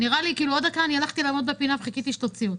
נראה לי כאילו עוד דקה אני הולכת לעמוד בפינה ומחכה שתוציאי אותי.